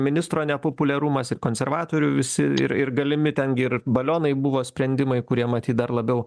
ministro nepopuliarumas ir konservatorių visi ir ir galimi ten gi ir balionai buvo sprendimai kurie matyt dar labiau